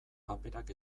paperak